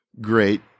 great